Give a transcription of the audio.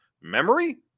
memory